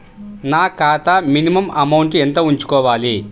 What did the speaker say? నా ఖాతా minimum amount ఎంత ఉంచుకోవాలి?